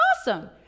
awesome